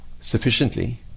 sufficiently